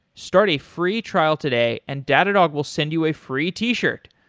start a free trial today and datadog will send you a free t-shirt.